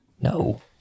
No